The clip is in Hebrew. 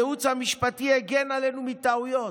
הייעוץ המשפטי הגן עלינו מטעויות,